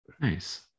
nice